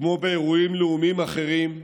כמו באירועים לאומיים אחרים,